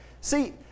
See